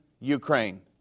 Ukraine